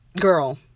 girl